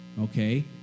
okay